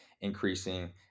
increasing